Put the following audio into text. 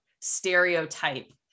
stereotype